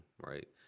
right